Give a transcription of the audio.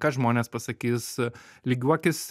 ką žmonės pasakys lygiuokis